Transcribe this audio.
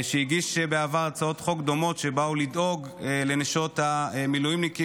שהגיש בעבר הצעות חוק דומות שבאו לדאוג לנשות המילואימניקים,